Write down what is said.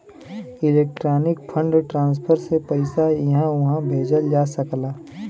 electronic fund transfer से पइसा इहां उहां भेजल जा सकला